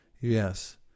Yes